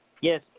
Yes